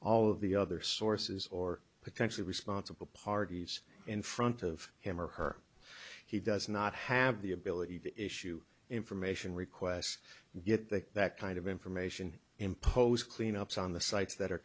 all of the other sources or potentially responsible parties in front of him or her he does not have the ability to issue information requests get that that kind of information impose cleanups on the sites that are